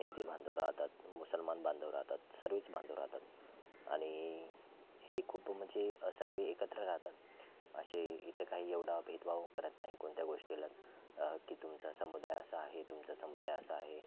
हिंदी बांधव राहतात मुसलमान बांधव राहतात सर्वच बांधव राहतात आणि हे खूप म्हणजे सर्व एकत्र राहतात असे इथं काही एवढा भेदभाव करत नाही कोणत्या गोष्टीला की तुमचा समुदाय असा आहे तुमचा समुदाय असा आहे